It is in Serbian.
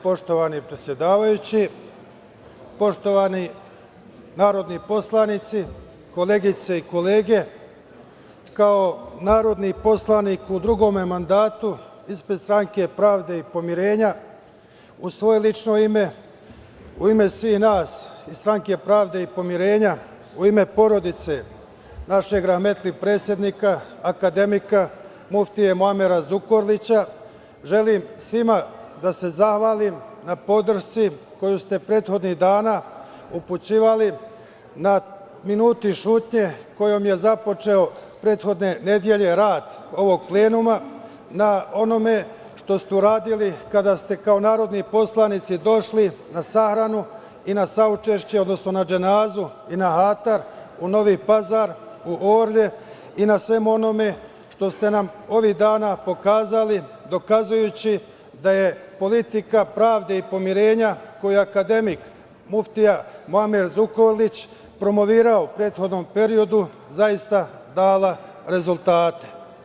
Poštovani predsedavajući, poštovani narodni poslanici, koleginice i kolege, kao narodni poslanik u drugom mandatu ispred Stranke pravde i pomirenja, u svoje lično ime, u ime svih nas iz Stranke pravde i pomirenja, u ime porodice našeg rahmetli predsednika, akademika muftije Muamera Zukorlića želim svima da se zahvalim na podršci koju ste prethodnih dana upućivali, na minutu ćutanja kojom je započeo prethodne nedelje rad ovog plenuma, na onome što ste uradili kada ste kao narodni poslanici došli na sahranu i na saučešće, odnosno na dženazu i na hatar u Novi Pazar, u Orlje i na svemu onome što ste nam ovih dana pokazali dokazujući da je politika pravde i pomirenja, koju je akademik muftija Muamer Zukorlić promovisao u prethodnom periodu, zaista dala rezultate.